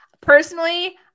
Personally